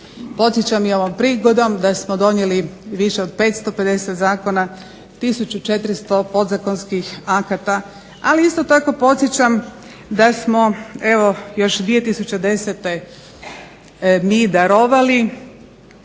Podsjećam i ovom prigodom da smo donijeli više od 550 zakona, tisuću 400 podzakonskih akata, ali isto tako podsjećam evo još 2010. mi darovali